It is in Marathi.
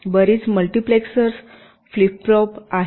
बरीच मल्टीप्लेक्सर्सफ्लिप फ्लॉप आहेत